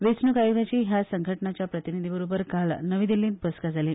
वेचणूक आयोगाची ह्या संघटनांच्या प्रतिनिधी बरोबर काल नवी दिल्लीत बसका जाली